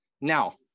Now